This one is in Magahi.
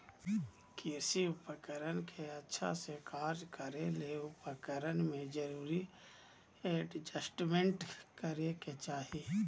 कृषि उपकरण के अच्छा से कार्य करै ले उपकरण में जरूरी एडजस्टमेंट करै के चाही